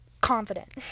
confident